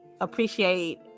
appreciate